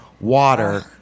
water